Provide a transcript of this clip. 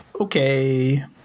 Okay